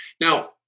Now